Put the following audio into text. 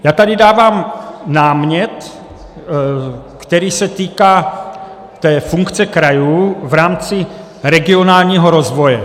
Já tady dávám námět, který se týká té funkce krajů v rámci regionálního rozvoje.